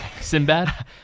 Sinbad